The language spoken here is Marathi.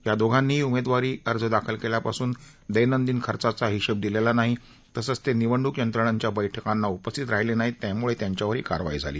या दोघांनीही उमेदवारी दाखल केल्यापासून दैनंदिन खर्चाचा हिशोब दिलेला नाही तसंच ते निवडणूक यंत्रणांच्या बैठकांना उपस्थित राहिले नाहीत त्यामुळे त्यांच्यावर ही कारवाई झाली